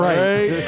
right